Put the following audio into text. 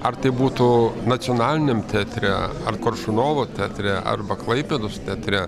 ar tai būtų nacionaliniam teatre ar koršunovo teatre arba klaipėdos teatre